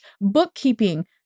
bookkeeping